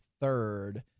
third